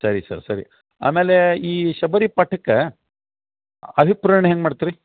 ಸರಿ ಸರ್ ಸರಿ ಆಮೇಲೆ ಈ ಶಬರಿ ಪಾಠಕ್ಕೆ ಅಭಿಪ್ರೇರಣೆ ಹೆಂಗೆ ಮಾಡ್ತೀರಿ